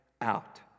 out